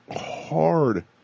hard